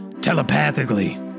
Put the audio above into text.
telepathically